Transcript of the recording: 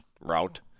route